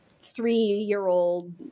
three-year-old